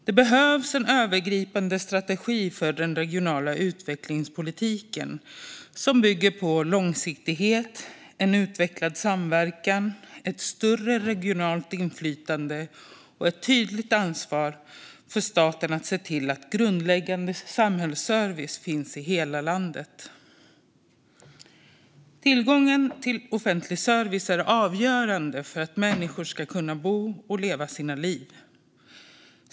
Det behövs en övergripande strategi för den regionala utvecklingspolitiken som bygger på långsiktighet, en utvecklad samverkan, ett större regionalt inflytande och ett tydligt ansvar för staten att se till att grundläggande samhällsservice finns i hela landet. Tillgången till offentlig service är avgörande för att människor ska kunna bo och leva sina liv.